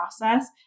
process